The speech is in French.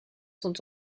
sont